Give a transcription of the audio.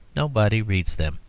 nobody reads them.